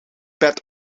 bed